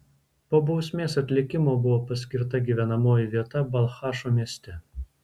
po bausmės atlikimo buvo paskirta gyvenamoji vieta balchašo mieste